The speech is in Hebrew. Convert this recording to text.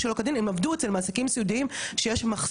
מטורף של עובדים סיעודיים בהקשר הזה,